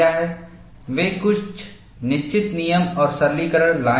वे कुछ निश्चित नियम और सरलीकरण लाए हैं